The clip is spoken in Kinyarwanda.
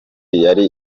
yari